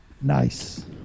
Nice